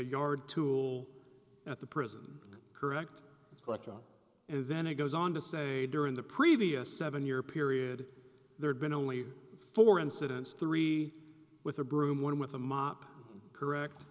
yard tool at the prison correct correct and then it goes on to say during the previous seven year period there had been only four incidents three with a broom one with a mop correct